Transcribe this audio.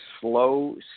slow